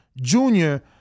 Junior